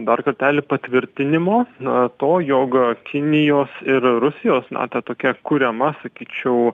dar kartelį patvirtinimo na to jog kinijos ir rusijos na ta tokia kuriama sakyčiau